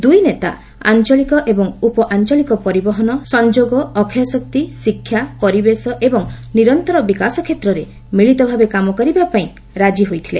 ଦୁଇ ନେତା ଆଞ୍ଚଳିକ ଏବଂ ଉପଆଞ୍ଚଳିକ ପରିବହନ ସଂଯୋଗ ଅକ୍ଷୟ ଶକ୍ତି ଶିକ୍ଷା ପରିବେଶ ଏବଂ ନିରନ୍ତର ବିକାଶ କ୍ଷେତ୍ରରେ ମିଳିତ ଭାବେ କାମ କରିବାପାଇଁ ରାଜି ହୋଇଥିଲେ